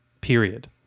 period